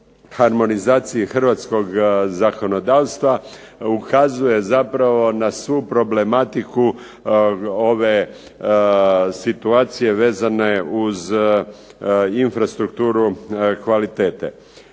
harmonizaciji hrvatskog zakonodavstva, ukazuje zapravo na svu problematiku ove situacije vezane uz infrastrukturu kvalitete.